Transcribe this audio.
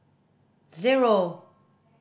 zero